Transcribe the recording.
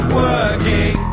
working